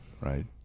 right